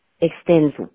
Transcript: extends